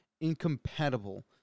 incompatible